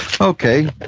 Okay